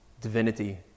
divinity